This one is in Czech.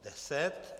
10.